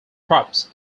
crops